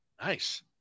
Nice